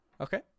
Okay